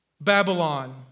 Babylon